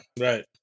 Right